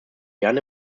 gern